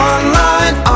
Online